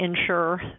ensure